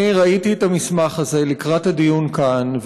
אני ראיתי את המסמך הזה לקראת הדיון כאן,